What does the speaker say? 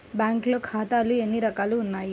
బ్యాంక్లో ఖాతాలు ఎన్ని రకాలు ఉన్నావి?